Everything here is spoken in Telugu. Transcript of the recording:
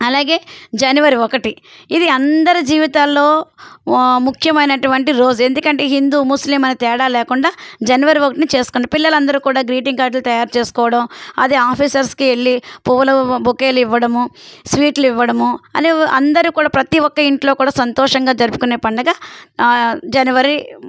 అలాగే జనవరి ఒకటి ఇది అందరి జీవితాల్లో ముఖ్యమైనటువంటి రోజు ఎందుకంటే హిందూ ముస్లిం అని తేడా లేకుండా జనవరి ఒకటిన చేసుకుంటాము పిల్లలందరూ కూడా గ్రీటింగ్ కార్డులు తయారు చేసుకోవడం అది ఆఫీసర్స్కి వెళ్ళి పూల బొకేలు ఇవ్వడము స్వీట్లు ఇవ్వడము అది అందరు కూడా ప్రతీ ఒక్క ఇంట్లో కూడా సంతోషంగా జరుపుకునే పండగ జనవరి